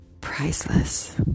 priceless